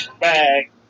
back